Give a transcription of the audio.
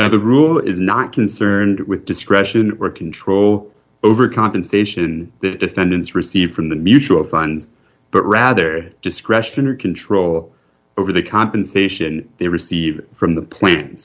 now the rule is not concerned with discretion or control over compensation that defendants receive from the mutual funds but rather discretionary control over the compensation they receive from the plan